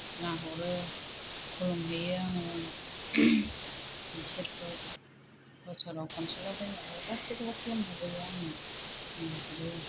नाहरो खुलुमहैयो आङो बिसोरखौ बोसोराव खनसेल' फैनायाव गासैखौबो खुलुमहैजोबो आङो नाहरो